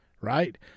right